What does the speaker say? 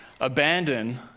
abandon